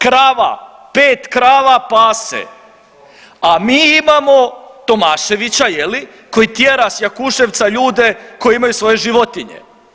Krava, pet krava pase, a mi imamo Tomaševića je li koji tjera s Jakuševca ljude koji imaju svoje životinje.